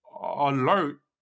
alert